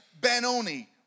Benoni